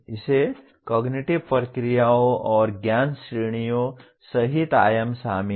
इसमें कॉगनिटिव प्रक्रियाओं और ज्ञान श्रेणियों सहित आयाम शामिल हैं